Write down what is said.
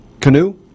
canoe